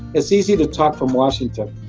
it's easy to talk from washington,